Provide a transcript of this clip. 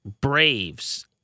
Braves